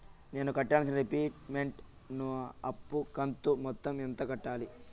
నేను కట్టాల్సిన రీపేమెంట్ ను అప్పు కంతు మొత్తం ఎంత కట్టాలి?